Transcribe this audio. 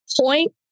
point